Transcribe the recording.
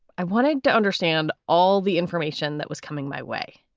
i wanted to understand all the information that was coming my way,